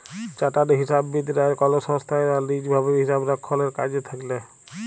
chartered হিসাববিদ রা কল সংস্থায় বা লিজ ভাবে হিসাবরক্ষলের কাজে থাক্যেল